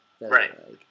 Right